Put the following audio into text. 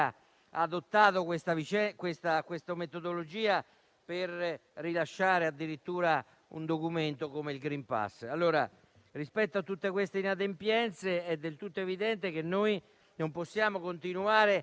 adottato questa metodologia per rilasciare addirittura un documento come il *green pass*. Rispetto a tutte queste inadempienze, è del tutto evidente che non possiamo continuare